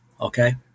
okay